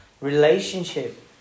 relationship